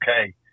okay